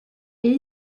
est